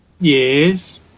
Yes